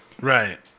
Right